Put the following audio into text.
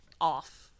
off